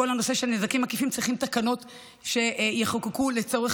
על כל הנושא של נזקים עקיפים צריכים תקנות שיחוקקו לצורך